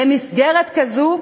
למסגרת כזו,